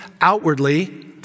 outwardly